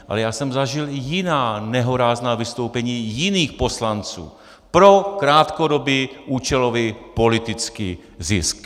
Ale já jsem zažil i jiná nehorázná vystoupení i jiných poslanců pro krátkodobý účelový politický zisk.